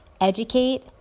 educate